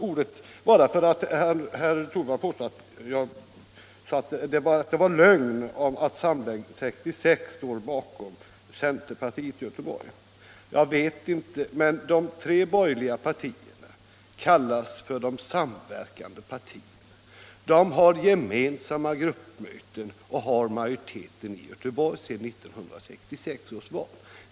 Herr Torwald säger att det är lögn att Samling 66 står bakom centerpartiet i Göteborg. De tre borgerliga partierna kallas för De samverkande partierna, har gemensamma gruppmöten, och de har majoriteten i Göteborg sedan 1966 års val.